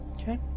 Okay